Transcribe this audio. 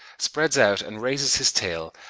spreads out and raises his tail,